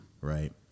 right